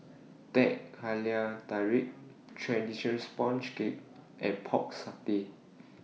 Teh Halia Tarik Traditional Sponge Cake and Pork Satay